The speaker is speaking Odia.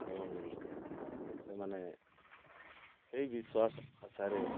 ଏବଂ ସେମାନେ ସେଇ ବିଶ୍ୱାସ ଆଶାରେ